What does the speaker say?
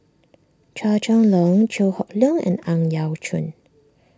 Chua Chong Long Chew Hock Leong and Ang Yau Choon